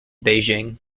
beijing